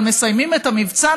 אבל מסיימים את המבצע,